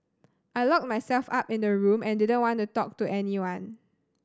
I locked myself up in the room and didn't want to talk to anyone